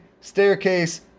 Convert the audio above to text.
staircase